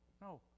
no